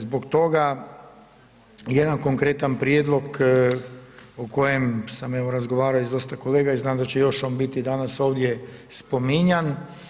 Zbog toga jedan konkretan prijedlog o kojem sam evo razgovarao i sa dosta kolega i znam da će još on biti danas ovdje spominjan.